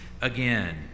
again